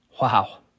Wow